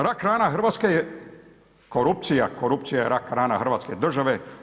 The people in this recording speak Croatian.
Rak rana Hrvatske je korupcija, korupcija je rak rana Hrvatske države.